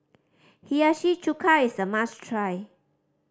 Hiyashi Chuka is a must try